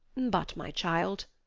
but my child,